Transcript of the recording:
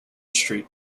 street